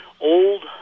old